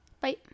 Bye